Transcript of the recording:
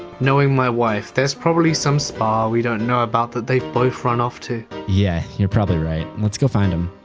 knowing my wife there's probably some spa we don't know about that they've both run off to. yeah, you're probably right. let's go find them.